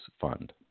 fund